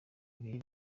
bibiri